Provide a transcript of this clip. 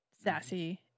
sassy